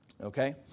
Okay